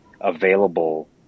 available